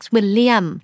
William